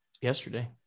yesterday